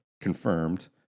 confirmed